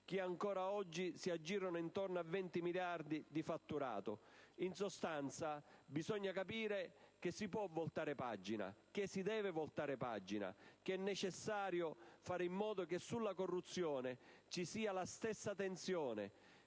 che ancora adesso si aggirano intorno a 20 miliardi di fatturato. In sostanza, bisogna capire che si può voltare pagina, che si deve voltare pagina, che è necessario fare in modo che sulla corruzione ci sia la stessa tensione,